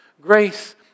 grace